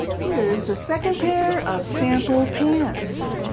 here's the second pair of sample pants.